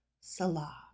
Salah